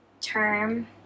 term